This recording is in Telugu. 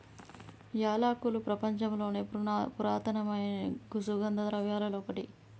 యాలకులు ప్రపంచంలోని పురాతన సుగంధ ద్రవ్యలలో ఒకటి